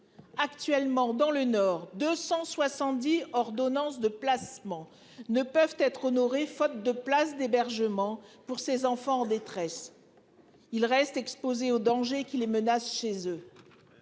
Actuellement dans le nord 270 ordonnance de placement ne peuvent être honorées, faute de places d'hébergement pour ses enfants en détresse. Il reste exposée aux dangers qui les menacent chez eux.